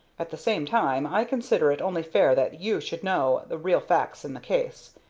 at the same time, i consider it only fair that you should know the real facts in the case.